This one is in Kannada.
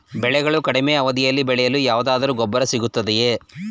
ಬೆಳೆಗಳು ಕಡಿಮೆ ಅವಧಿಯಲ್ಲಿ ಬೆಳೆಯಲು ಯಾವುದಾದರು ಗೊಬ್ಬರ ಸಿಗುತ್ತದೆಯೇ?